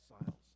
exiles